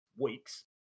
weeks